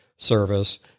Service